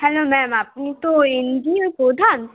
hello ma'am আপনি তো NGO প্রধান